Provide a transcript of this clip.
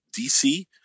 DC